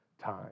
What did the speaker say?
time